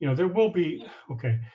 you know there will be okay.